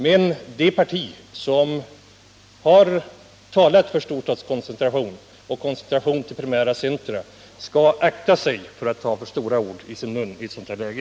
Men det parti som talat för storstadskoncentration och koncentration till primära centra skall akta sig för att ta för stora ord i sin mun i ett sådant här läge.